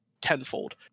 tenfold